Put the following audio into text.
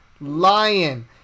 lion